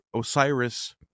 Osiris